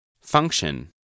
Function